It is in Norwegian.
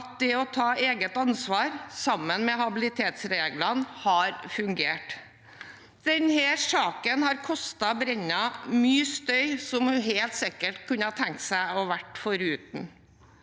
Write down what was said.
at det å ta eget ansvar, sammen med habilitetsreglene, har fungert. Denne saken har kostet Brenna mye støy, som hun helt sikkert kunne ha tenkt seg å være foruten.